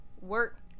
work